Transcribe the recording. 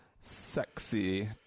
sexy